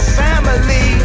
family